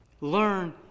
Learn